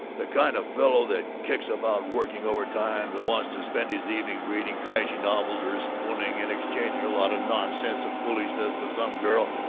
the kind of fellow that kicks about working overtime, that wants to spend his evenings reading trashy novels or spooning and exchanging a lot of nonsense and foolishness with some girl,